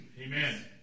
Amen